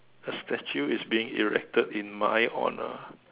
a statue is being erected in my honour